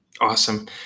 awesome